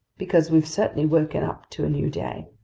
because we've certainly woken up to a new day.